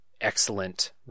excellent